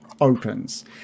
opens